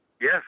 Yes